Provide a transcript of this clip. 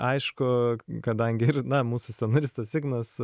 aišku kadangi ir na mūsų scenaristas ignas